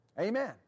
Amen